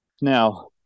Now